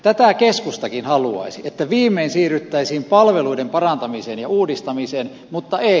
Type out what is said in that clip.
tätä keskustakin haluaisi että viimein siirryttäisiin palveluiden parantamiseen ja uudistamiseen mutta ei